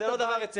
זה לא דבר רציני.